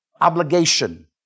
obligation